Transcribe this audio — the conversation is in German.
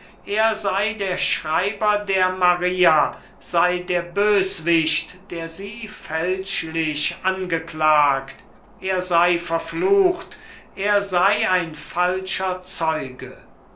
er sei der schreiber der maria sei der böswicht der sie fälschlich angeklagt er sei verflucht er sei ein falscher zeuge